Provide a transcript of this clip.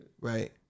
right